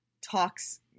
talks